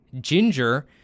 ginger